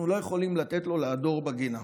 אנחנו לא יכולים לתת לו לעדור בגינה.